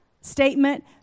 statement